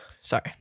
sorry